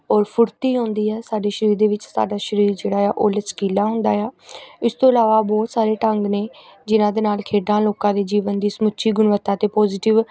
ਔਰ ਫੁਰਤੀ ਆਉਂਦੀ ਹੈ ਸਾਡੇ ਸਰੀਰ ਦੇ ਵਿੱਚ ਸਾਡਾ ਸਰੀਰ ਜਿਹੜਾ ਆ ਉਹ ਲਚਕੀਲਾ ਹੁੰਦਾ ਆ ਇਸ ਤੋਂ ਇਲਾਵਾ ਬਹੁਤ ਸਾਰੇ ਢੰਗ ਨੇ ਜਿਹਨਾਂ ਦੇ ਨਾਲ ਖੇਡਾਂ ਲੋਕਾਂ ਦੇ ਜੀਵਨ ਦੀ ਸਮੁੱਚੀ ਗੁਣਵੱਤਾ ਅਤੇ ਪੋਜੀਟਿਵ